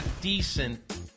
decent